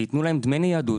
שייתנו להם דמי ניידות,